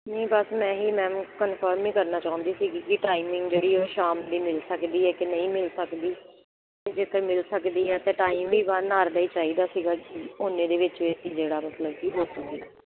ਨਹੀਂ ਬਸ ਮੈਂ ਇਹ ਹੀ ਮੈਮ ਕਨਫਰਮ ਨਹੀਂ ਕਰਨਾ ਚਾਹੁੰਦੀ ਸੀਗੀ ਕਿ ਟਾਈਮਿੰਗ ਜਿਹੜੀ ਸ਼ਾਮ ਦੀ ਮਿਲ ਸਕਦੀ ਹੈ ਕਿ ਨਹੀਂ ਮਿਲ ਸਕਦੀ ਜੇਕਰ ਮਿਲ ਸਕਦੀ ਹੈ ਤਾਂ ਟਾਈਮ ਵੀ ਵਨ ਆਰ ਦਾ ਹੀ ਚਾਹੀਦਾ ਸੀਗਾ ਜੀ ਉਨ੍ਹੇ ਦੇ ਵਿੱਚ ਵੀ ਅਸੀਂ ਜਿਹੜਾ ਮਤਲਬ ਕਿ ਹੋ ਸਕੇ